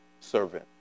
servant